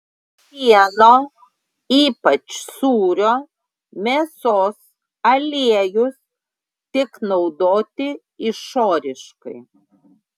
pieno ypač sūrio mėsos aliejus tik naudoti išoriškai